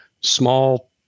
small